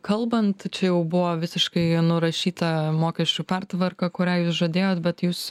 kalbant čia jau buvo visiškai nurašyta mokesčių pertvarka kurią jūs žadėjot bet jūs